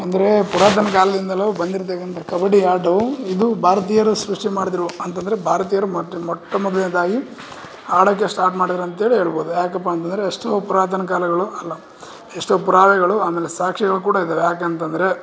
ಅಂದರೆ ಪುರಾತನ ಕಾಲದಿಂದಲೂ ಬಂದಿರ್ತಕ್ಕಂಥ ಕಬಡ್ಡಿ ಆಟವು ಇದು ಭಾರತೀಯರ ಸೃಷ್ಟಿ ಮಾಡಿದ್ರು ಅಂತ ಅಂದರೆ ಭಾರತೀಯರ ಮೊಟ್ಟ ಮೊಟ್ಟ ಮೊದಲ್ನೇದಾಗಿ ಆಡಕ್ಕೆ ಸ್ಟಾರ್ಟ್ ಮಾಡಿದ್ರಂತೇಳಿ ಹೇಳ್ಬೌದು ಯಾಕಪ್ಪ ಅಂತಂದರೆ ಎಷ್ಟೋ ಪುರಾತನ ಕಾಲಗಳು ಅಲ್ಲ ಎಷ್ಟೋ ಪುರಾವೆಗಳು ಆಮೇಲೆ ಸಾಕ್ಷಿಗಳು ಕೂಡ ಇದ್ದಾವೆ ಯಾಕೆ ಅಂತಂದರೆ